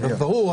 ברור.